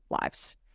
lives